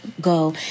go